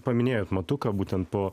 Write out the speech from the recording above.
paminėjot matuką būtent po